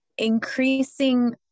increasing